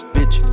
Bitch